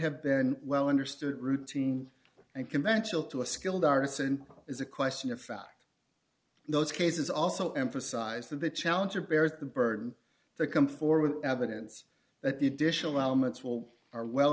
have been well understood routine and conventional to a skilled artisan is a question of fact in those cases also emphasized that the challenger bears the burden to come forward evidence that the additional elements will are well